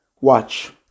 watch